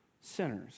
sinners